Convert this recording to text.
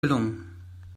gelungen